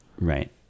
Right